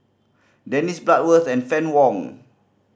Dennis Bloodworth and Fann Wong